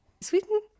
Sweden